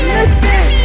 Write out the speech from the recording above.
Listen